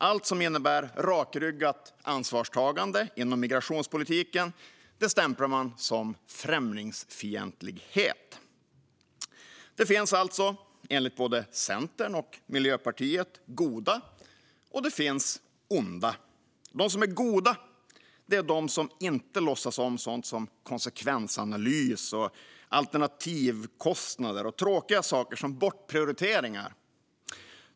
Allt som innebär rakryggat ansvarstagande inom migra-tionspolitiken stämplar man som främlingsfientlighet. Enligt både Centern och Miljöpartiet finns det alltså goda, och det finns onda. De som är goda är de som inte låtsas om sådant som konsekvensanalys, alternativkostnader och tråkiga saker som bortprioriteringar.